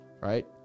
Right